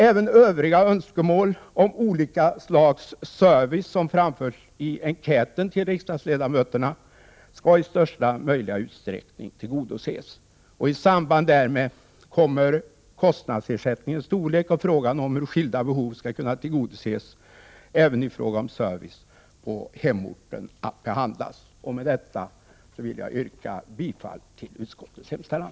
Även övriga önskemål om olika slag av service, som framförts i enkäten till riksdagsledamöterna, skall i största möjliga utsträckning tillgodoses. I samband därmed kommer kostnadsersättningens storlek och frågan om hur skilda behov skall kunna tillgodoses även i fråga om service på hemorten att behandlas. Med detta vill jag yrka bifall till utskottets hemställan.